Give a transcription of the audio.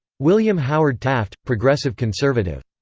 william howard taft progressive conservative.